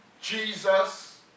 Jesus